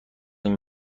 این